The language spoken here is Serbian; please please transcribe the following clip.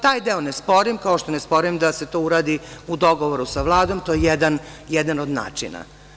Taj deo ne sporim, kao što ne sporim da se to uradi u dogovoru sa Vladom, to je jedan od načina.